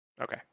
Okay